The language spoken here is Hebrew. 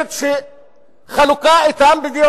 בבקשה, אדוני.